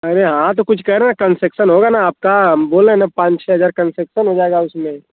अरे हाँ तो कुछ कह रहे हैं कंसेक्शन होगा ना आपका हम बोल रहे हैं ना पाँच छः हज़ार कंसेक्शन हो जाएगा उसमें